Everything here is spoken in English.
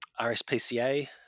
RSPCA